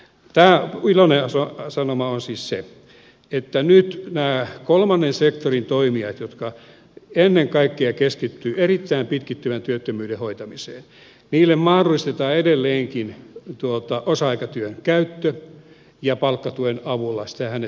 tämä iloinen sanoma on siis se että nyt näille kolmannen sektorin toimijoille jotka ennen kaikkea keskittyvät erittäin pitkittyvän työttömyyden hoitamiseen mahdollistetaan edelleenkin osa aikatyön käyttö ja palkkatuen avulla sitähän ne tekevät